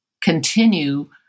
continue